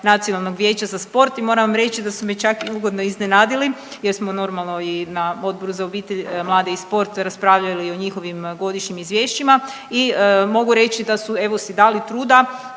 Nacionalnog vijeća za sport i moram vam reći da su me čak i ugodno iznenadili jer smo, normalno i na Odboru za obitelj, mlade i sport raspravljali o njihovim godišnjim izvješćima i mogu reći da su evo si dali truda